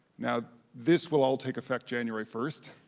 now this will all take effect january first,